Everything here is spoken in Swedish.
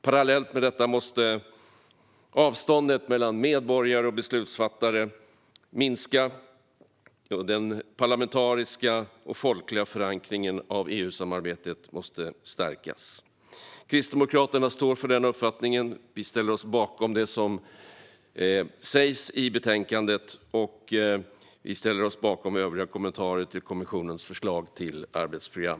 Parallellt med detta måste avståndet mellan medborgare och beslutsfattare minska och den parlamentariska och folkliga förankringen av EU-samarbetet stärkas. Kristdemokraterna står för den uppfattningen. Vi ställer oss bakom det som sägs i betänkandet och övriga kommentarer till kommissionens förslag till arbetsprogram.